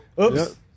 Oops